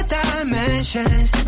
dimensions